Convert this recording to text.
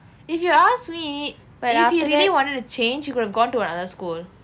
if you ask me if he really wanted to change he could have gone to another school